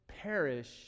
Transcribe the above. perish